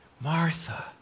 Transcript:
Martha